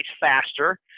faster